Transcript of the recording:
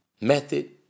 method